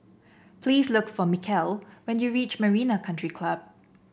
please look for Michel when you reach Marina Country Club